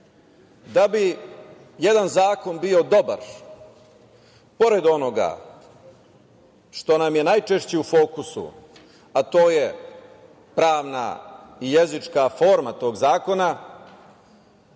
bi jedan zakon bio dobar, pored onoga što nam je najčešće u fokusu, a to je pravna i jezička forma tog zakona,